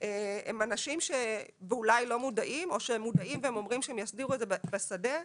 הם אנשים שאולי לא מודעים או שמודעים והם אומרים שהם יסדירו את זה בשדה.